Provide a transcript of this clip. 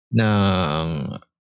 ng